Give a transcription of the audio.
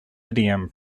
idiom